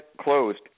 closed